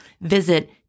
Visit